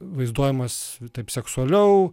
vaizduojamas taip seksualiau